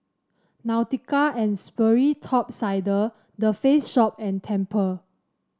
Nautica And Sperry Top Sider The Face Shop and Tempur